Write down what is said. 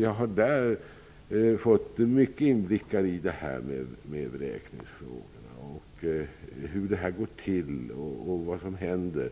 Jag har där fått god inblick i vräkningsfrågorna, i hur det här går till och i vad som sedan händer.